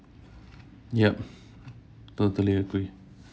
yup totally agree